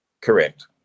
Correct